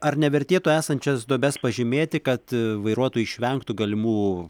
ar nevertėtų esančias duobes pažymėti kad vairuotojai išvengtų galimų